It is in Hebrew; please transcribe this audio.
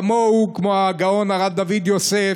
כמוהו כמו הגאון הרב דוד יוסף,